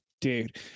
dude